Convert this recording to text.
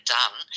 done